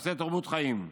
נושא תרבות חיים.